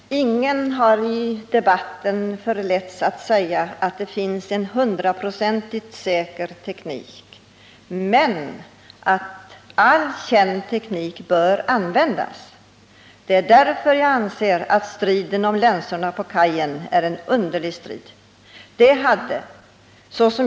Herr talman! Ingen har i debatten förletts att säga att det finns en hundraprocentigt säker teknik men däremot att all känd teknik bör användas. Det är därför jag anser att striden om länsorna på kajen är en underlig strid.